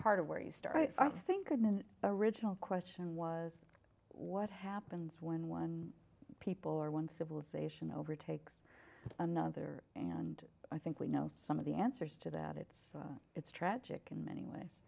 part of where you start i think goodman original question was what happens when one people or one civilization overtakes another and i think we know some of the answers to that it's it's tragic in many ways